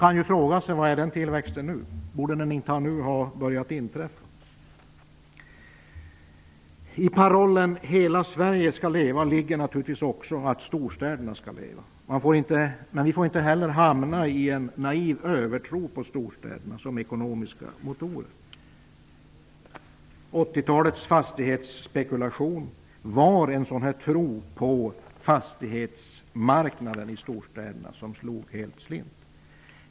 Man kan fråga sig var den tillväxten är nu. Borde den inte nu ha inträffat? I parollen ''Hela Sverige skall leva'' ligger naturligtvis också att storstäderna skall leva. Men vi får inte heller hamna i en naiv övertro på storstäderna som ekonomiska motorer. 80-talets fastighetsspekulation var en tro på fastighetsmarknaden i storstäderna som slog helt slint.